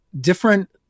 different